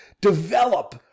develop